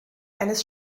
eines